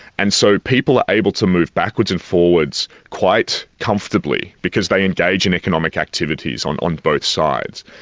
and so people are able to move backwards and forwards quite comfortably, because they engage in economic activities on on both sides.